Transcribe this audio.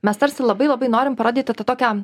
mes tarsi labai labai norim parodyti tą tokią